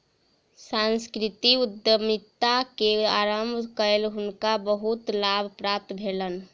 सांस्कृतिक उद्यमिता के आरम्भ कय हुनका बहुत लाभ प्राप्त भेलैन